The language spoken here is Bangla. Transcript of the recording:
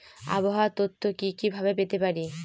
আবহাওয়ার তথ্য কি কি ভাবে পেতে পারি?